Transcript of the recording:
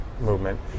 movement